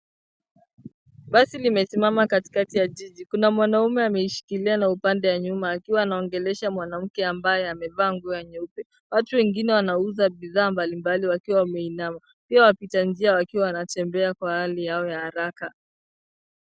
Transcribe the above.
Basi limesimama katikati ya jiji. Kuna mwanaume ameishikilia na upande wa nyuma akiwa anaongelesha mwanamke ambaye amevaa nguo ya nyeupe. Watu wengine wanauza bidhaa mbalimbali wakiwa wameinama. Pia wapita njia wakiwa wanatembea kwa hali yao ya haraka.